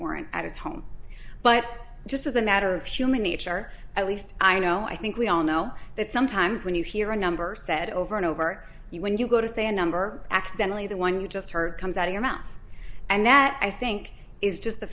warrant at his home but just as a matter of human nature at least i know i think we all know that sometimes when you hear a number said over and over you when you go to say a number accidentally the one you just heard comes out of your mouth and that i think is just the